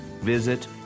Visit